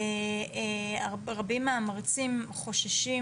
רבים מהמרצים חוששים